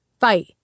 Fight